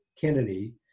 Kennedy